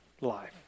life